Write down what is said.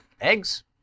eggs